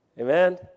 Amen